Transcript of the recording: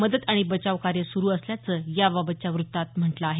मदत आणि बचाव कार्य सुरू असल्याचं याबाबतच्या वृत्तात म्हटलं आहे